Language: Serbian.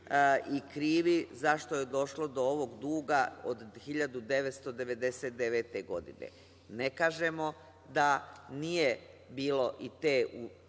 i krivi zašto je došlo do ovog duga od 1999. godine. Ne kažemo da nije bilo i te,